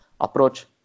approach